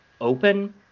open